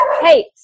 Hey